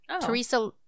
Teresa